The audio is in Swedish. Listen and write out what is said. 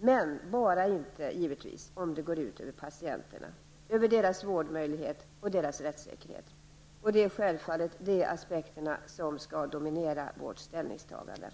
men givetvis bara under förutsättning att det inte går ut över patienterna, över deras möjligheter till vård och över deras rättssäkerhet. Det är självfallet dessa aspekter som skall dominera vårt ställningstagande.